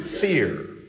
fear